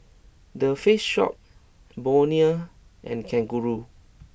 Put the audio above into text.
The Face Shop Bonia and Kangaroo